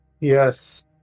yes